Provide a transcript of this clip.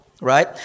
Right